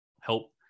help